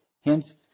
hence